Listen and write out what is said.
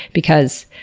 because,